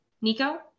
Nico